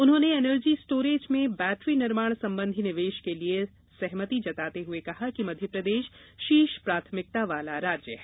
उन्होंने energy storage में battery निर्माण संबंधी निवेश के लिए सहमति जताते हुए कहा कि मध्यप्रदेश शीर्ष प्राथमिकता वाला राज्य है